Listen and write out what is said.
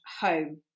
home